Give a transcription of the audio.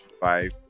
five